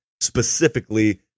specifically